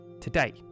today